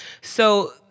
So-